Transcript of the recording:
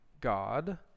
God